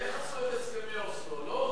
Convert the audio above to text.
איך עשו את הסכמי אוסלו?